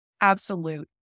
absolute